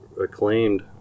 acclaimed